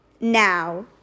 now